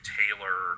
tailor